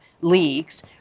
leagues